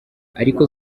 ariko